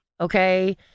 okay